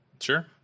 Sure